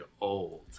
old